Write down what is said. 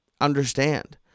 understand